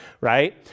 right